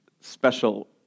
special